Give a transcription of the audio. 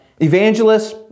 Evangelists